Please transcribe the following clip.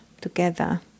together